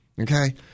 okay